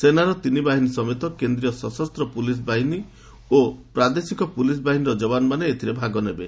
ସେନାର ତିନି ବାହିନୀ ସମେତ କେନ୍ଦ୍ରୀୟ ସଶସ୍ତ ପୁଲିସ୍ ବାହିନୀ ଏବଂ ପ୍ରାଦେଶିକ ପୁଲିସ୍ ବାହିନୀର ଯବାନମାନେ ଏଥିରେ ଭାଗ ନେବେ